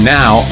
now